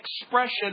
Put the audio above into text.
expression